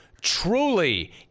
truly